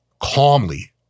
calmly